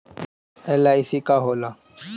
LIC का होला?